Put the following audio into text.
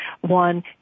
One